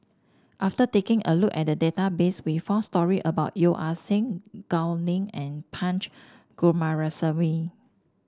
after taking a look at the database we found story about Yeo Ah Seng Gao Ning and Punch Coomaraswamy